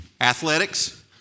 Athletics